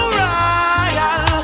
royal